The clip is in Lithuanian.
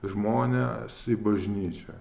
žmones į bažnyčią